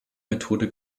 methode